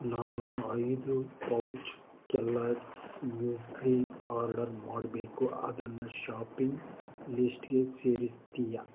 ನಾನು ಐದು pouch Kellogg's muesli order ಮಾಡಬೇಕು ಅದನ್ನು ಶಾಪಿಂಗ್ ಲಿಸ್ಟಿಗೆ ಸೇರಿಸ್ತೀಯ